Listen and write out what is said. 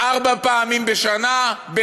ארבע פעמים בשנתיים?